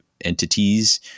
entities